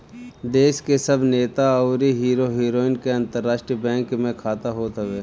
देस के सब नेता अउरी हीरो हीरोइन के अंतरराष्ट्रीय बैंक में खाता होत हअ